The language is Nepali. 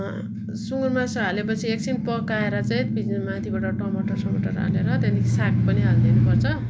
सुँगुरको मासु हालेपछि एकछिन पकाएर चाहिँ फेरि माथिबाट टमाटर समटर हालेर त्यहाँदेखि साग पनि हालिदिनु पर्छ